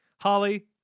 Holly